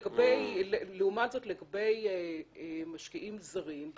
לגבי משקיעים זרים,